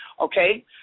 Okay